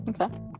okay